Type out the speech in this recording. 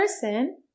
person